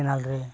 channel ᱨᱮ